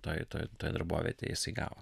toj toj toj darbovietėj jisai gavo